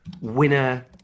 winner